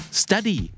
study